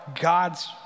God's